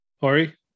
Hori